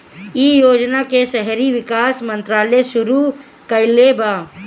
इ योजना के शहरी विकास मंत्रालय शुरू कईले बा